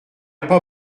pas